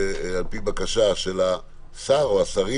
על-פי בקשה של השר או השרים